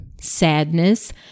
sadness